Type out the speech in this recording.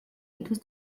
etwas